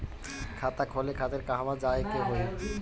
खाता खोले खातिर कहवा जाए के होइ?